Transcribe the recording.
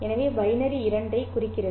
எனவே பைனரி 2 ஐ குறிக்கிறது